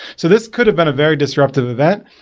so this could have been a very disruptive event,